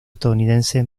estadounidense